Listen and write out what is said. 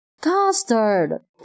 Custard